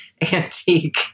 antique